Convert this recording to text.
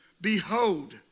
Behold